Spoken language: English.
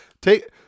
take